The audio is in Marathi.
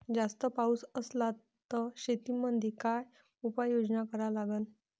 जास्त पाऊस असला त शेतीमंदी काय उपाययोजना करा लागन?